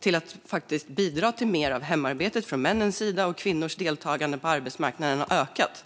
så att männen bidrar mer till hemarbetet och kvinnornas deltagande på arbetsmarknaden har ökat.